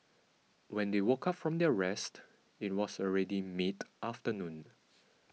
when they woke up from their rest it was already mid afternoon